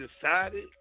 decided